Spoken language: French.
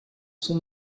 son